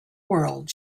world